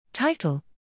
Title